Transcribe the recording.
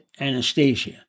Anastasia